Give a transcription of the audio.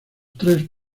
tres